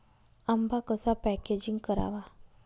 आंबा कसा पॅकेजिंग करावा?